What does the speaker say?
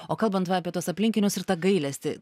o kalbant va apie tuos aplinkinius ir tą gailestį